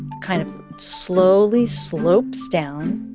kind of slowly slopes down.